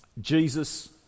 Jesus